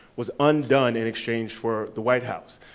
was undone in exchange for the white house.